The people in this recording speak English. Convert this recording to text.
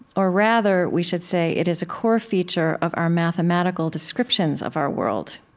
or rather, we should say, it is a core feature of our mathematical descriptions of our world.